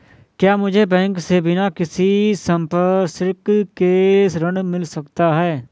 क्या मुझे बैंक से बिना किसी संपार्श्विक के ऋण मिल सकता है?